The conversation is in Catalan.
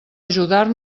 ajudar